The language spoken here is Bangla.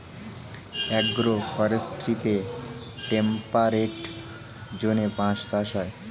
অ্যাগ্রো ফরেস্ট্রিতে টেম্পারেট জোনে বাঁশ চাষ হয়